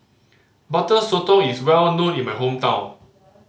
Butter Sotong is well known in my hometown